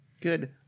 Good